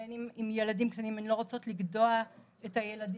בין אם הילדים שלהן קטנים והן לא רוצות לגדוע את הילדים